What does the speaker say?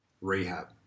Rehab